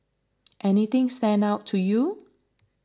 anything stand out to you